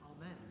Amen